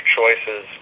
choices